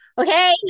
Okay